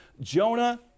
Jonah